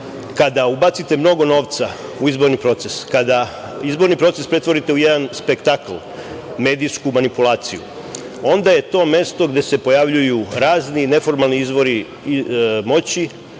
kada ubacite mnogo novca u izborni proces, kada izborni proces pretvorite u jedan spektakl, medijsku manipulaciju, onda je to mesto gde se pojavljuju razni neformalni izvori moći